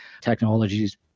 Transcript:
technologies